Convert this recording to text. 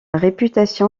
réputation